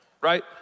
right